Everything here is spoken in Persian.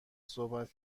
صحبت